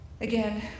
Again